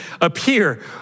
appear